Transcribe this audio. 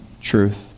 truth